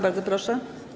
Bardzo proszę.